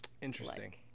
Interesting